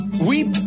Weep